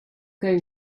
going